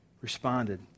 responded